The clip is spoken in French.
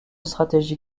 stratégie